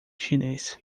chinês